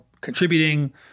contributing